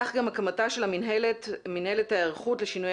כך גם הקמתה של מינהלת ההיערכות לשינויי